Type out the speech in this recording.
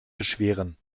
beschweren